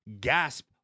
gasp